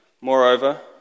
Moreover